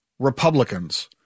Republicans